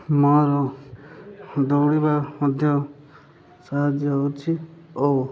ମୋର ଦୌଡ଼ିବା ମଧ୍ୟ ସାହାଯ୍ୟ ହେଉଛି ଓ